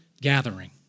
gathering